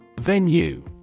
Venue